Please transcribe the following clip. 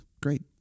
Great